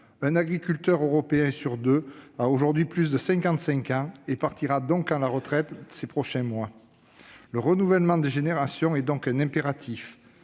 un agriculteur européen sur deux a aujourd'hui plus de 55 ans, et partira donc à la retraite ces prochains mois. Le renouvellement des générations est par conséquent un impératif.